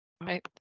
Right